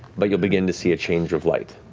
but you'll begin to see a change of light.